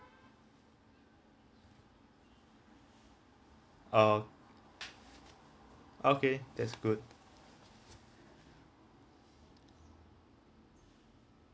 orh okay that's good